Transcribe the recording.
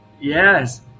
yes